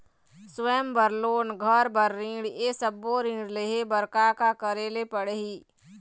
स्वयं बर लोन, घर बर ऋण, ये सब्बो ऋण लहे बर का का करे ले पड़ही?